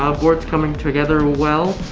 um board's coming together well,